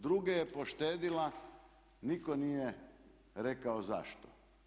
Druge je poštedjela, nitko nije rekao zašto.